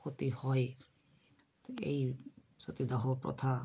ক্ষতি হয় এই সতীদাহ প্রথা